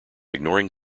ignoring